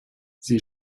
sie